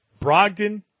Brogdon